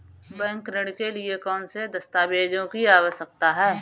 Bank ऋण के लिए कौन से दस्तावेजों की आवश्यकता है?